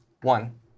One